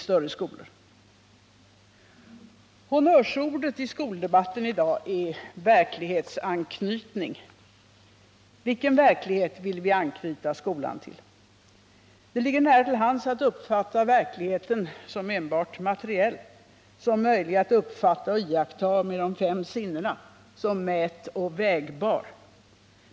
Honnörsordet i skoldebatten i dag är verklighetsanknytning. Vilken verklighet vill vi anknyta skolan till? Det ligger nära till hands att uppfatta verkligheten som enbart materiell, som möjlig att iaktta med de fem sinnena, som mätoch vägbar.